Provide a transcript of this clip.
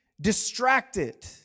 distracted